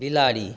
बिलाड़ि